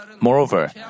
Moreover